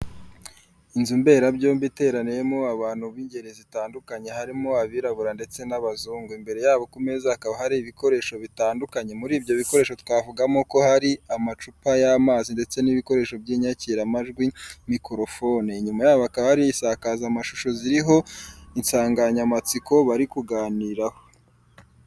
Inzu mberabyombi iteraniyemo abantu b'ingeri zitandukanye, harimo abirabura ndetse n'abazungu. Imbere yabo ku meza hakaba hari ibikoresho bitandukanye, muri ibyo bikoresho twavugamo ko hari amacupa y'amazi ndetse n'ibikoresho by'inyakiramajwi, mikorofoni. Inyuma yabo hakaba hari insakazamashusho ziriho insanganyamatsiko bari kuganiraho.